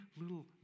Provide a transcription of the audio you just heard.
little